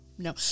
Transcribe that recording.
No